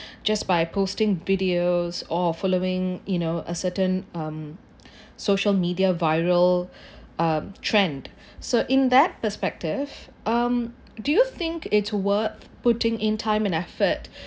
just by posting videos or following you know a certain um social media viral um trend so in that perspective um do you think it's worth putting in time and effort